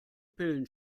pillen